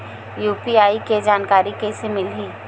UPI के जानकारी कइसे मिलही?